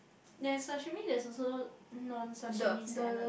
then sashimi there's also non sashimi salad